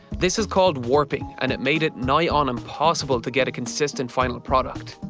this is called warping, and it made it nigh on impossible to get a consistent final product.